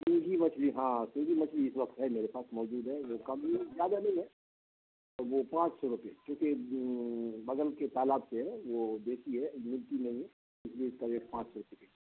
سنگھی مچھلی ہاں سنگھی مچھلی اس وقت ہے میرے پاس موجود ہے وہ کم زیادہ نہیں ہے وہ پانچ سو روپے کیونکہ بغل کے تالاب سے وہ دیسی ہے ملتی نہیں ہے اس لیے اس کا ریٹ پانچ سو روپے ہے